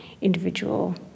individual